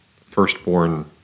firstborn